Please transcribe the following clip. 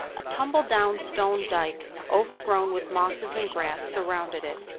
a tumbledown stone dyke, overgrown with mosses and grass, surrounded it.